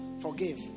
Forgive